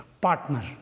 partner